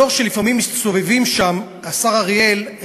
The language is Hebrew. אזור שלפעמים מסתובבים שם, השר אריאל,